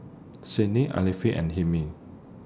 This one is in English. Senin Alfian and Hilmi